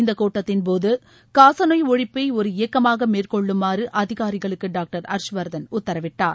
இந்த கூட்டத்தின்போது காசநோய் ஒழிப்பை ஒரு இயக்கமாக மேற்கொள்ளுமாறு அதிகாரிகளுக்கு டாக்டர் ஹர்ஸ்வர்தன் உத்தரவிட்டாார்